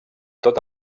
tota